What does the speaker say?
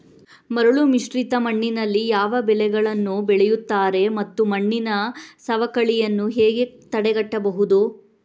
ಮರಳುಮಿಶ್ರಿತ ಮಣ್ಣಿನಲ್ಲಿ ಯಾವ ಬೆಳೆಗಳನ್ನು ಬೆಳೆಯುತ್ತಾರೆ ಮತ್ತು ಮಣ್ಣಿನ ಸವಕಳಿಯನ್ನು ಹೇಗೆ ತಡೆಗಟ್ಟಬಹುದು?